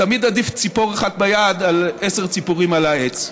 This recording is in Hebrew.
תמיד עדיף ציפור אחת ביד על עשר ציפורים על העץ.